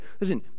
listen